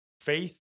faith